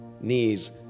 knees